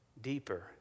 deeper